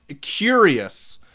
curious